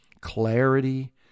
clarity